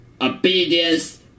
obedience